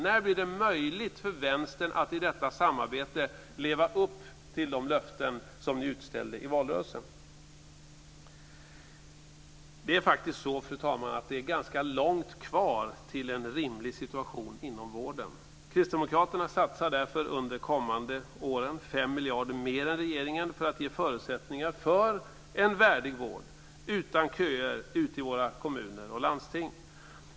När blir det möjligt för Vänstern att i detta samarbete leva upp till de löften som ni utställde i valrörelsen? Fru talman! Det är ganska långt kvar till en rimlig situation inom vården. Kristdemokraterna satsar därför 5 miljarder mer än regeringen under de kommande åren för att ge förutsättningar för en värdig vård utan köer ute i våra kommuner och landsting.